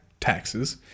taxes